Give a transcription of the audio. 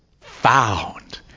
Found